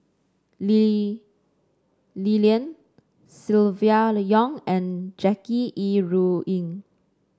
Lee Li Lian Silvia Yong and Jackie Yi Ru Ying